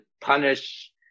punish